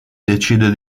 decide